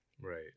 Right